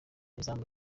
izamu